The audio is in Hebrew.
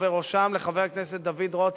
ובראשם לחבר הכנסת דוד רותם,